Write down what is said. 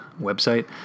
website